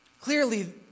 Clearly